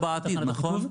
זה בעתיד, נכון?